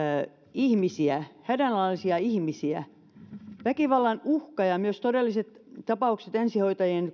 ihmisiä hädänalaisia ihmisiä väkivallan uhka ja myös todelliset tapaukset ensihoitajiin